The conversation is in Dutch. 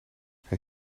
hij